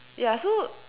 ya so